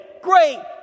great